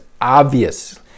obvious